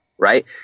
Right